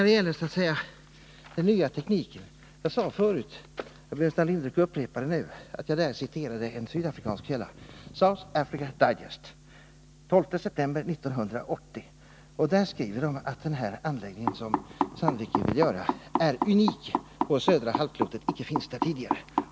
Beträffande den nya tekniken åberopade jag förut — som herr Burenstam Linder också nämnde i sitt anförande — en sydafrikansk källa, nämligen South African Digest av den 12 december 1980. I det numret av tidningen skriver man att den anläggning som Sandvik vill uppföra är unik på södra halvklotet och alltså icke finns där redan.